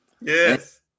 Yes